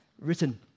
written